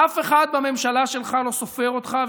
אף אחד בממשלה שלך לא סופר אותך,